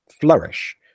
flourish